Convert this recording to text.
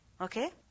Okay